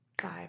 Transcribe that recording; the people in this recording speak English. five